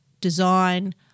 design